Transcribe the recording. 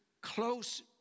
close